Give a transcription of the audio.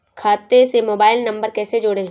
खाते से mobile number कैसे जोड़ें?